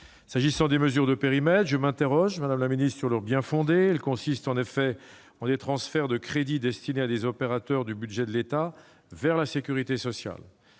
S'agissant des mesures de périmètre, je m'interroge sur leur bien-fondé. Elles consistent en effet en des transferts de crédits destinés à des opérateurs du budget de l'État vers la sécurité sociale.